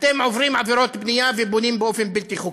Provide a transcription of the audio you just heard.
אתם עוברים עבירות בנייה ובונים באופן בלתי חוקי.